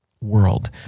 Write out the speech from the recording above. world